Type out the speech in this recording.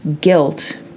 guilt